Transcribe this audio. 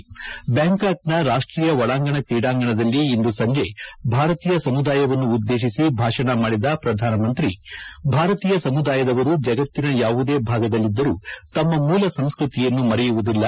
ಬ್ಬಾಂಕಾಕ್ನ ರಾಷ್ಸೀಯ ಒಳಾಂಗಣ ಕ್ರೀಡಾಂಗಣದಲ್ಲಿ ಇಂದು ಸಂಜೆ ಭಾರತೀಯ ಸಮುದಾಯವನ್ನು ಉದ್ದೇಶಿಸಿ ಭಾಷಣ ಮಾಡಿದ ಪ್ರಧಾನಮಂತ್ರಿ ಭಾರತೀಯ ಸಮುದಾಯದವರು ಜಗತ್ತಿನ ಯಾವುದೇ ಭಾಗದಲ್ಲಿದ್ದರೂ ತಮ್ಮ ಮೂಲ ಸಂಸ್ಕೃತಿಯನ್ನು ಮರೆಯುವುದಿಲ್ಲ